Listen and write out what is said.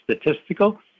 statistical